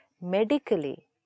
medically